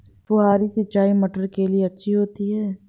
फुहारी सिंचाई मटर के लिए अच्छी होती है?